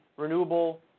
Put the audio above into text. renewable